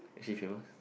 is she famous